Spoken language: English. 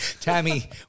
Tammy